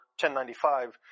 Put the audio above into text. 1095